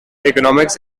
economics